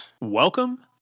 Welcome